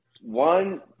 One